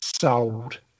sold